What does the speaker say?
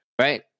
right